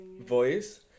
voice